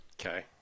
Okay